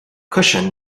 cushion